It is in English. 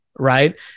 Right